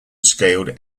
scaled